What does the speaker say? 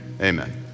amen